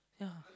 yeah